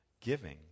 giving